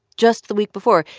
just the week before,